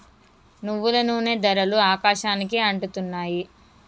నువ్వుల నూనె ధరలు ఆకాశానికి అంటుతున్నాయి